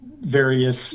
various